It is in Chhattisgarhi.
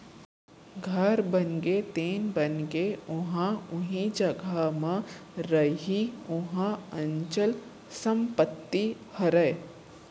घर बनगे तेन बनगे ओहा उही जघा म रइही ओहा अंचल संपत्ति हरय